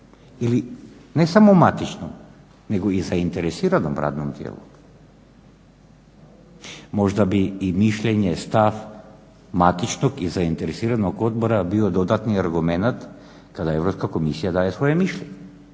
ili ne samo u matičnom nego i zainteresiranom radnom tijelu. Možda bi i mišljenje, stav matičnog i zainteresiranog odbora bio dodatni argumenat kada Europska komisija daje svoje mišljenje,